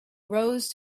rose